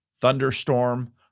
thunderstorm